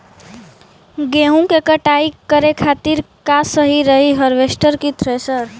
गेहूँ के कटाई करे खातिर का सही रही हार्वेस्टर की थ्रेशर?